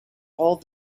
all